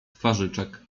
twarzyczek